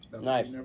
Nice